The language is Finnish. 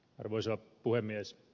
arvoisa puhemies